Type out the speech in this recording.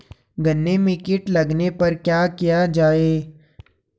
गन्ने में कीट लगने पर क्या किया जाये?